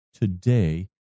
today